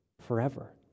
forever